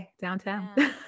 downtown